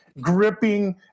gripping